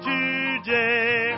Today